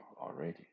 already